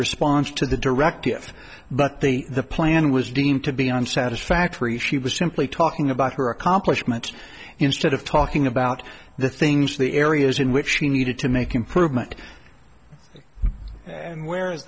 response to the directive but the the plan was deemed to be on satisfactory she was simply talking about her accomplishments instead of talking about the things the areas in which she needed to make improvement and where is